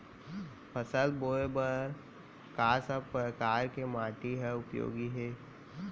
फसल बोए बर का सब परकार के माटी हा उपयोगी हे?